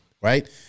right